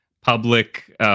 public